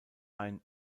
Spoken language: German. ein